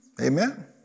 Amen